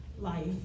life